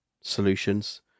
solutions